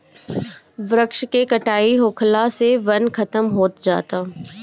वृक्ष के कटाई होखला से वन खतम होत जाता